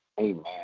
Amen